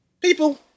people